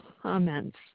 comments